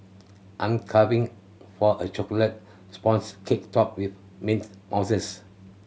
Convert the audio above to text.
I'm craving for a chocolate sponge cake topped with mint mousses